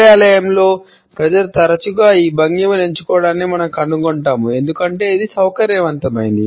కార్యాలయంలో ప్రజలు తరచుగా ఈ భంగిమను ఎంచుకోవడాన్ని మనం కనుగొంటాము ఎందుకంటే ఇది సౌకర్యవంతమైనది